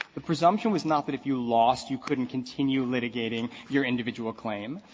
the presumption was not that if you lost, you couldn't continue litigating your individual claim.